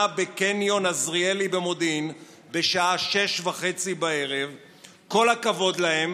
בקניון עזריאלי במודיעין בשעה 18:30. כל הכבוד להם,